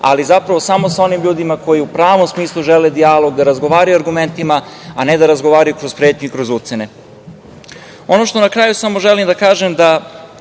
ali samo sa onim ljudima koji u pravom smislu žele dijalog da razgovaraju o argumentima, a ne da razgovaraju kroz pretnju i kroz ucene. Ono što na kraju želim da kažem, da